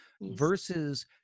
versus